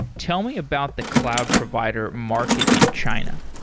tell me about the cloud provider market in china.